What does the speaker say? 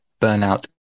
burnout